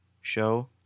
Show